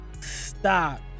stop